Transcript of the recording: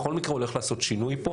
בכל מקרה הוא הולך לעשות שינוי פה,